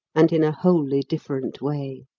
and in a wholly different way.